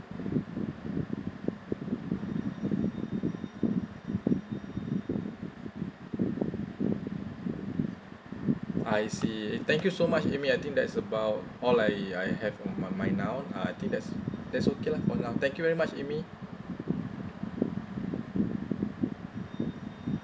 I see thank you so much amy I think that's about all I I have on my mind now uh I think that's that's okay lah for now thank you very much amy